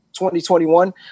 2021